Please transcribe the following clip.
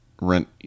rent